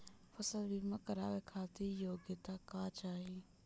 फसल बीमा करावे खातिर योग्यता का चाही?